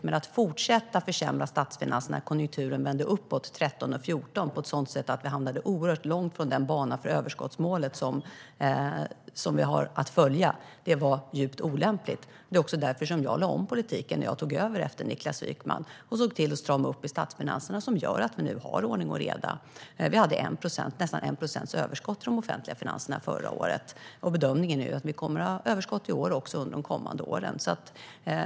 Men att man fortsatte försämra statsfinanserna när konjunkturen vände uppåt 2013 och 2014 på ett sådant sätt att vi hamnade oerhört långt från den bana för överskottsmålet som vi har att följa var mycket olämpligt. Det var också därför som jag lade om politiken när jag tog över efter Niklas Wykman i Finansdepartementet och såg till att strama upp i statsfinanserna. Det har gjort att vi nu har ordning och reda. Vi hade nästan 1 procents överskott i de offentliga finanserna förra året, och bedömningen är att vi kommer att ha överskott i år också och under de kommande åren.